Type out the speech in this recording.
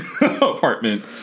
apartment